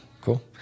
cool